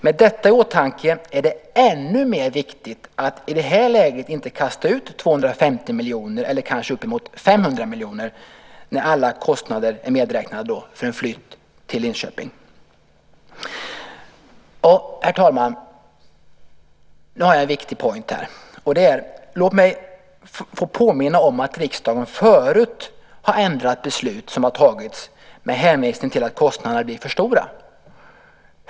Med detta i åtanke är det ännu mer viktigt att i det här läget inte kasta ut 250 miljoner eller kanske uppemot 500 miljoner när alla kostnader för en flytt till Linköping är medräknade. Herr talman! Jag har här en viktig poäng. Låt mig få påminna om att riksdagen förut med hänvisning till att kostnaderna blivit för stora har ändrat beslut som har tagits.